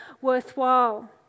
worthwhile